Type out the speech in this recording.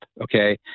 okay